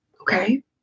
okay